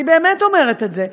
אני באמת אומרת את זה,